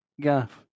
Gaff